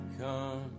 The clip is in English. come